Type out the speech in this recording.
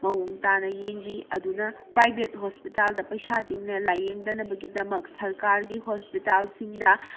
ꯃꯑꯣꯡ ꯇꯥꯅ ꯌꯦꯡꯕꯤ ꯑꯗꯨꯅ ꯄꯔꯥꯏꯕꯦꯠ ꯍꯣꯁꯄꯤꯇꯥꯜꯗ ꯄꯩꯁꯥ ꯇꯤꯡꯅ ꯂꯥꯏꯌꯦꯡꯗꯅꯕꯒꯤꯗꯃꯛ ꯁꯔꯀꯥꯔꯒꯤ ꯍꯣꯁꯄꯤꯇꯥꯜꯁꯤꯡꯗ